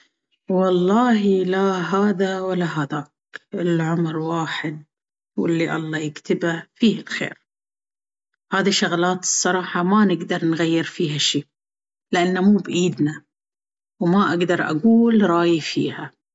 واللهي لا هذا ولا هذاك.. العمر واحد واللي الله يكتبه فيه الخير. هذي شغلات الصراحة ما نقدر نغير فيها شي لأن مو بإيدنا وما اقدر أقول رأيي فيها.